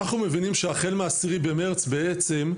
שהחל מה-10 במרץ בעצם,